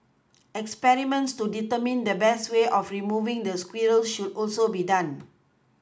experiments to determine the best way of removing the squirrels should also be done